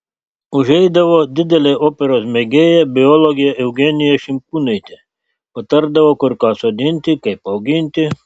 užeidavo didelė operos mėgėja biologė eugenija šimkūnaitė patardavo kur ką sodinti kaip auginti